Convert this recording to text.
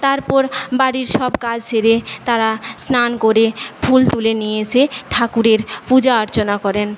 তারপর বাড়ির সব কাজ সেরে তারা স্নান করে ফুল তুলে নিয়ে এসে তারা ঠাকুরের পূজা অর্চনা করেন